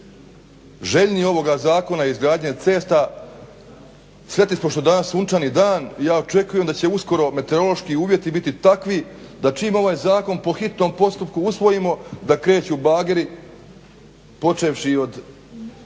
željni ovoga zakona izgradnje cesta, sretni smo što je sada sunčani dan. Ja očekujem da će uskoro meteorološki uvjeti biti takvi da čim ovaj zakon po hitnom postupku usvojimo da kreću bageri počevši od